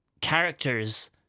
characters